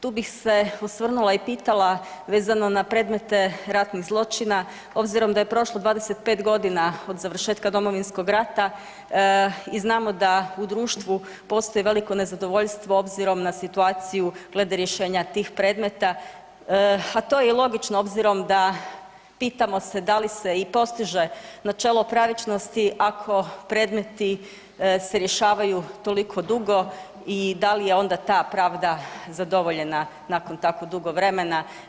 Tu bih se osvrnula i pitala vezano na predmete ratnih zločina obzirom da je prošlo 25 godina od završetka Domovinskog rata i znamo da u društvu postoji veliko nezadovoljstvo obzirom na situaciju glede rješenja tih predmeta, a to je i logično obzirom da pitamo se da li se i postiže načelo pravičnosti ako predmeti se rješavaju toliko dugo i da li je onda ta pravda zadovoljena nakon tako dugo vremena.